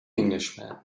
englishman